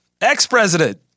Ex-president